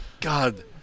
God